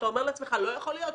אתה אומר לעצמך שזה לא יכול להיות,